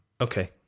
Okay